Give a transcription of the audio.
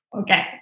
Okay